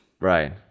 right